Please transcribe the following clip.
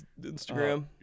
Instagram